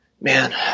man